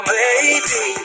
baby